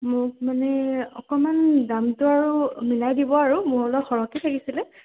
মোক মানে অকণমান দামটো আৰু মিলাই দিব আৰু মোৰ অলপ সৰহকৈ লাগিছিলে